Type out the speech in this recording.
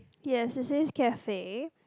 yes it says cafe